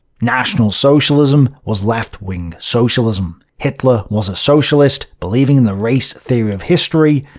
national socialism was left-wing socialism. hitler was a socialist, believing in the race theory of history,